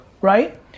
Right